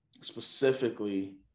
specifically